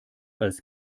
als